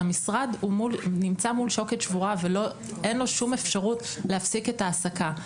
והמשרד נמצא מול שוקת שבורה ואין לו שום אפשרות להפסיק את העסקה.